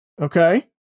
Okay